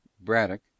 Braddock